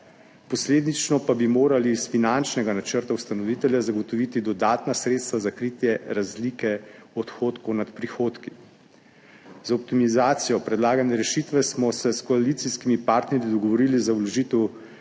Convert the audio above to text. posledično pa bi morali iz finančnega načrta ustanovitelja zagotoviti dodatna sredstva za kritje razlike odhodkov nad prihodki. Z optimizacijo predlagane rešitve smo se s koalicijskimi partnerji dogovorili za vložitev